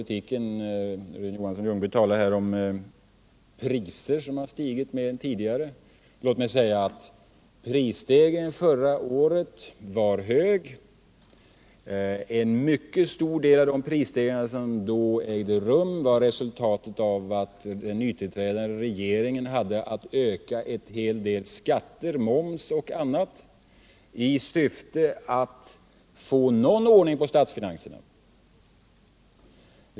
Låt mig, om vi nu skall ge oss in på den mer allmänna ekonomiska politiken, säga att prisstegringarna förra året var höga. En mycket stor del av de prisstegringar som då ägde rum var resultatet av att den nytillträdande regeringen hade att öka en hel del skatter, moms och annat, i syfte att få någon ordning på statsfinanserna.